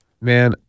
Man